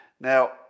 Now